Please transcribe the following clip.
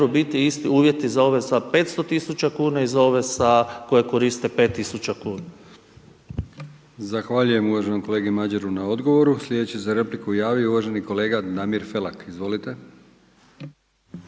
biti isti uvjeti za ove sa 500 tisuća kuna i za ove koje koriste 5 tisuća kuna. **Brkić, Milijan (HDZ)** Zahvaljujem uvaženom kolegi Madjeru na odgovoru. Sljedeći se za repliku javio uvaženi kolega Damir Felak. Izvolite.